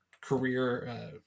career